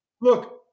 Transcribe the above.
Look